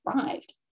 thrived